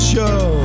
Show